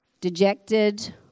dejected